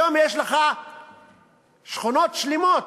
היום יש לך שכונות שלמות